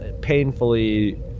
painfully